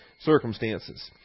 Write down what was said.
circumstances